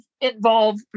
involve